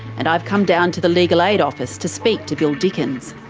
and i've come down to the legal aid office to speak to bill dickens.